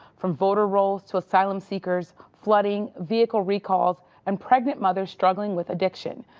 from voter rolls to asylum seekers flooding vehicle recalls and pregnant mothers struggling with addiction.